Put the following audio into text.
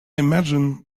imagine